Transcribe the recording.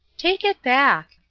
take it back,